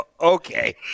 Okay